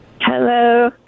Hello